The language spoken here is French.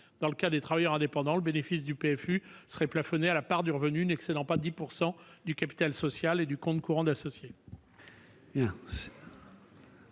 Dans le cas des travailleurs indépendants, le bénéfice du PFU serait plafonné à la part du revenu n'excédant pas 10 % du capital social et du compte courant d'associé.